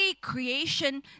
creation